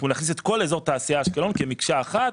להכניס את אזור התעשייה אשקלון כמקשה אחת,